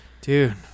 Dude